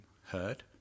heard